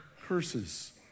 curses